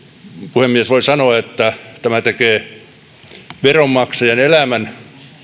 puhemies voi sanoa että tämä tekee veronmaksajan elämän